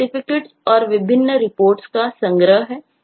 Documentation Certificates और विभिन्न reports का संग्रह है